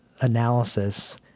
Analysis